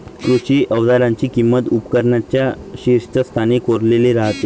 कृषी अवजारांची किंमत उपकरणांच्या शीर्षस्थानी कोरलेली राहते